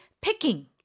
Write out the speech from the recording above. picking